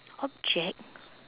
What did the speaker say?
object